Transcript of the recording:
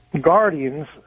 guardians